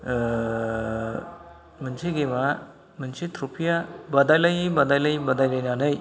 मोनसे गेमा मोनसे ट्रफिया बादायलायै बादायलायै बादायलायनानै